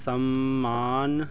ਸੰਮਾਨ